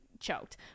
choked